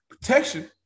protection